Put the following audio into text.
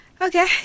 Okay